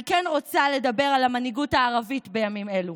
אני כן רוצה לדבר על המנהיגות הערבית בימים אלו,